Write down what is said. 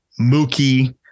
Mookie